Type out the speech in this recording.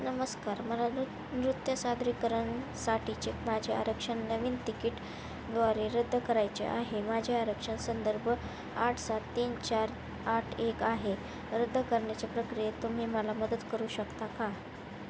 नमस्कार मला नृ नृत्य सादरीकरणासाठीचे माझे आरक्षण नवीन तिकीट द्वारे रद्द करायचे आहे माझे आरक्षण संदर्भ आठ सात तीन चार आठ एक आहे रद्द करण्याच्या प्रक्रियेत तुम्ही मला मदत करू शकता का